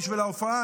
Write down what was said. בשביל ההופעה,